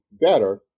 better